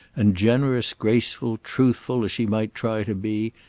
and, generous graceful truthful as she might try to be,